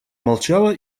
молчала